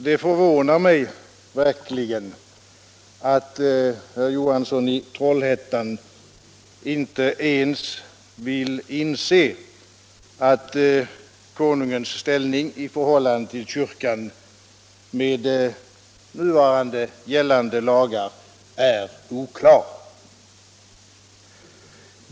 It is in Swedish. Det förvånar mig verkligen att herr Johansson i Trollhättan inte ens vill inse att konungens ställning i förhållande till kyrkan med nuvarande gällande lagar är oklar.